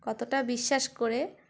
কতটা বিশ্বাস করে